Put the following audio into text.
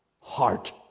heart